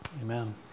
Amen